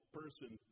person